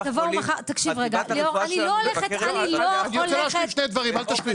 --- אני לא הולכת לקיים את הדיון הזה כאן.